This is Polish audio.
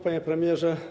Panie Premierze!